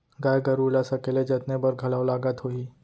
गाय गरू ल सकेले जतने बर घलौ लागत होही?